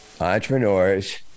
entrepreneurs